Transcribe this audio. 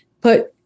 put